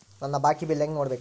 ನನ್ನ ಬಾಕಿ ಬಿಲ್ ಹೆಂಗ ನೋಡ್ಬೇಕು?